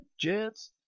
jets